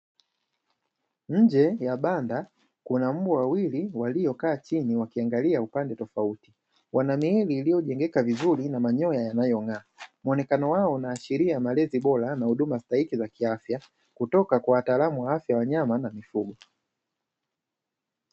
Nje ya banda kuna mbwa wawili waliokaa chini wakiangalia upande tofauti, wana miili iliyojengeka vizuri na manyoya yanayong'aa muonekano wao, unaashiria malezi bora na huduma stahiki za kiafya kutoka kwa wataalamu wa afya ya wanyama na mifugo.